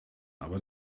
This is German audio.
aber